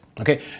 Okay